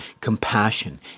compassion